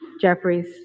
Jeffries